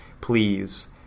Please